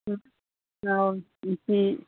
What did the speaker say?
ꯎꯝ ꯑꯧ ꯏꯟꯆꯤ